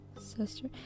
sister